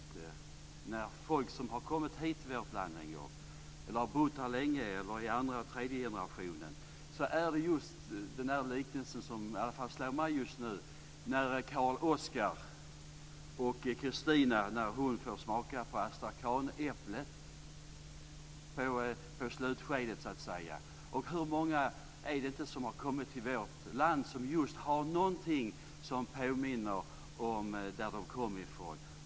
När jag tänker på folk som har kommit hit till vårt land och som har bott här länge, i andra eller tredje generation, är det en liknelse som i alla fall fängslar mig just nu, och det är när Karl-Oskar och Kristina fick smaka på astrakanäpplet. Hur många är det inte som har kommit till vårt land som just har något som påminner om deras ursprungsland?